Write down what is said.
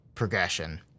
Progression